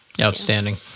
Outstanding